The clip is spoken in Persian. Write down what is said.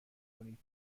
کنید